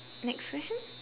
next question